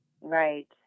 Right